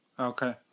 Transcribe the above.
Okay